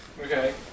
Okay